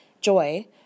joy